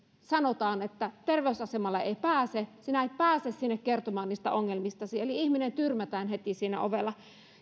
sanotaan että terveysasemalle ei pääse sinä et pääse sinne kertomaan ongelmistasi eli ihminen tyrmätään heti siinä ovella